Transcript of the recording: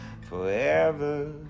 Forever